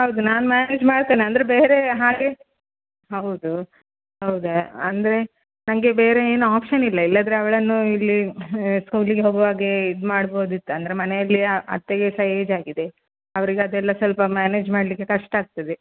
ಹೌದು ನಾನು ಮ್ಯಾನೇಜ್ ಮಾಡ್ತೇನೆ ಅಂದರೆ ಬೇರೆ ಹಾಗೆ ಹೌದು ಹೌದಾ ಅಂದರೆ ನನಗೆ ಬೇರೆ ಏನು ಒಪ್ಷನಿಲ್ಲ ಇಲ್ಲಂದ್ರೆ ಅವಳನ್ನು ಇಲ್ಲಿ ಸ್ಕೂಲಿಗೆ ಹೋಗುವಾಗೆ ಇದು ಮಾಡ್ಬೋದಿತ್ತು ಅಂದರೆ ಮನೆಯಲ್ಲಿ ಅತ್ತೆಗೆ ಸಹ ಏಜಾಗಿದೆ ಅವರಿಗೆ ಅದೆಲ್ಲ ಸ್ವಲ್ಪ ಮ್ಯಾನೇಜ್ ಮಾಡಲಿಕ್ಕೆ ಕಷ್ಟ ಆಗ್ತದೆ